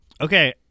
Okay